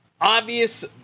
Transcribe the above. obvious